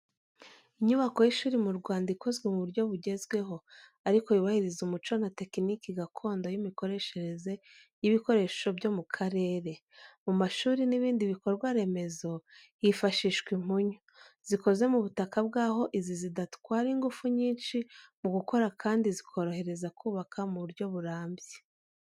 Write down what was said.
Inyubako y’ishuri mu Rwanda ikozwe mu buryo bugezweho, ariko yubahiriza umuco na tekiniki gakondo y’imikoreshereze y’ibikoresho byo mu karere. Mu mashuri n’ibindi bikorwa remezo, hifashishwa impunyu, zikoze mu butaka bw’aho izi zidatwara ingufu nyinshi mu gukora kandi zikorohereza kubaka mu buryo burambye .